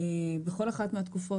בכל אחת מהתקופות,